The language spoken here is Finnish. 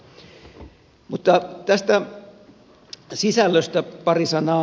mutta tästä sisällöstä pari sanaa